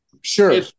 Sure